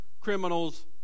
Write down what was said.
criminal's